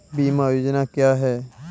बीमा योजना क्या है?